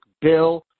Bill